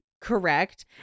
Correct